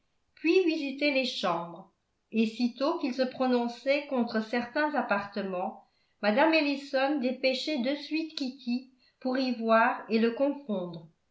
puis visitait les chambres et sitôt qu'il se prononçait contre certains appartements mme ellison dépêchait de suite kitty pour y voir et le